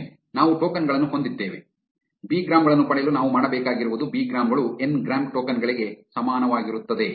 ಒಮ್ಮೆ ನಾವು ಟೋಕನ್ ಗಳನ್ನು ಹೊಂದಿದ್ದೇವೆ ಬಿಗ್ರಾಮ್ ಗಳನ್ನು ಪಡೆಯಲು ನಾವು ಮಾಡಬೇಕಾಗಿರುವುದು ಬಿಗ್ರಾಮ್ ಗಳು ಎನ್ ಗ್ರಾಂ ಟೋಕನ್ ಗಳಿಗೆ ಸಮಾನವಾಗಿರುತ್ತದೆ